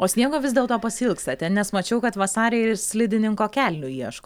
o sniego vis dėlto pasiilgstate nes mačiau kad vasarei ir slidininko kelnių ieško